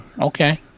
okay